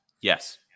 Yes